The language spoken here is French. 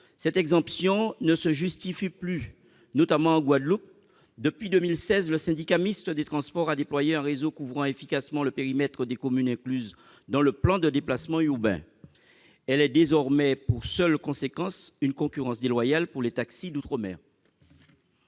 cette exemption ne se justifie plus, notamment en Guadeloupe : depuis 2016, le syndicat mixte des transports a déployé un réseau couvrant efficacement le périmètre des communes incluses dans le plan de déplacement urbain. Elle a désormais pour seule conséquence une concurrence déloyale pour les taxis d'outre-mer.